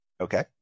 Okay